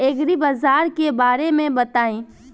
एग्रीबाजार के बारे में बताई?